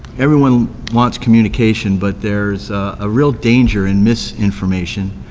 everyone wants communication, but there is a real danger in misinformation,